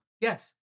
Yes